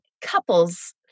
couples